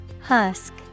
Husk